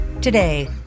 Today